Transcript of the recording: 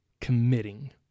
committing